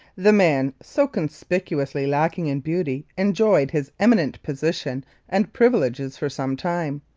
the man so conspicuously lacking in beauty enjoyed his eminent position and privileges for some time.